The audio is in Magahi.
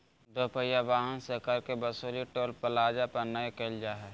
दो पहिया वाहन से कर के वसूली टोल प्लाजा पर नय कईल जा हइ